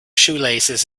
shoelaces